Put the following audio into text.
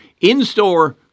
in-store